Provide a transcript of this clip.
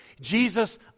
Jesus